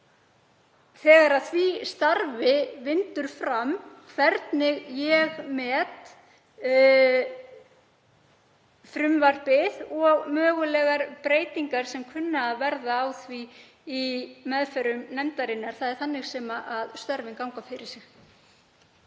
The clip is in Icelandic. eftir því sem starfinu vindur fram hvernig ég met frumvarpið og mögulegar breytingar sem kunna að verða á því í meðförum nefndarinnar. Það er þannig sem störfin ganga fyrir sig.